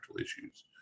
issues